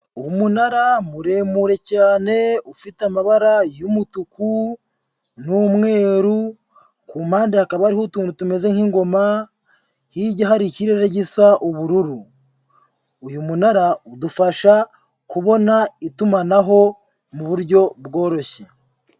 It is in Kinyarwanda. Umunara muremure cyane, ufite amabara y'umutuku n'umweru, ku mpande hakaba hariho utuntu tumeze nk'ingoma, hirya hari ikirere gisa ubururu, uyu munara udufasha kubona itumanaho mu buryo bworoshye.